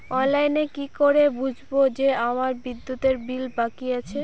অনলাইনে কি করে বুঝবো যে আমার বিদ্যুতের বিল বাকি আছে?